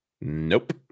Nope